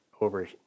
over